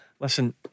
listen